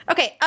Okay